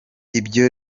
ibyo